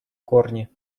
корни